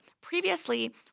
Previously